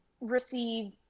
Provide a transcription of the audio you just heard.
Receive